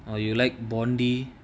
or you like bondi